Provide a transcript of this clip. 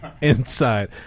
Inside